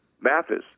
Mathis